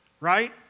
Right